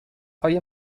های